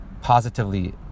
positively